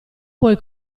puoi